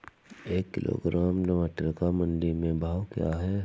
एक किलोग्राम टमाटर का मंडी में भाव क्या है?